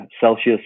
Celsius